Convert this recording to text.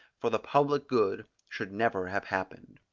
for the public good, should never have happened.